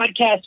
podcast